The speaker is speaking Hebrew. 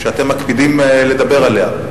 שאתם מקפידים לדבר עליה,